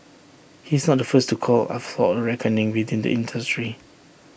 he's not the first to call for A reckoning within the industry